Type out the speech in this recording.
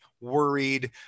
worried